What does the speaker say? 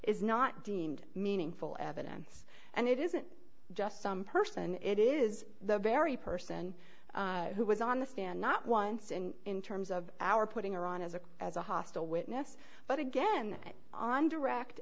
is not deemed meaningful evidence and it isn't just some person it is the very person who was on the stand not once and in terms of our putting her on as a as a hostile witness but again on direct